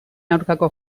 aurkako